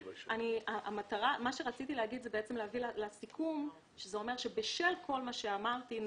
רציתי להביא לסיכום שבשל כל מה שאמרתי,